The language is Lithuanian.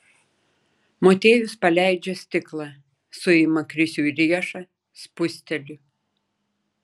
motiejus paleidžia stiklą suima krisiui riešą spusteli